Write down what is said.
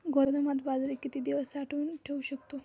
गोदामात बाजरी किती दिवस साठवून ठेवू शकतो?